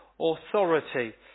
authority